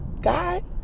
God